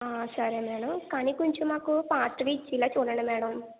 సరే మేడం కానీ కొంచెం మాకు ఫాస్ట్గా ఇచ్చేలా చూడండి మేడం